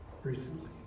recently